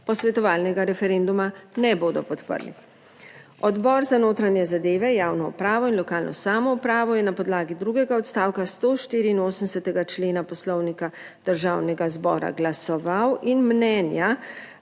posvetovalnega referenduma ne bodo podprli. Odbor za notranje zadeve, javno upravo in lokalno samoupravo je na podlagi drugega odstavka 184. člena Poslovnika Državnega zbora glasoval in mnenja